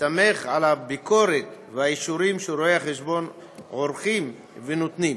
מסתמך על הבקרות והאישורים שרואי-חשבון עורכים ונותנים.